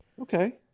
Okay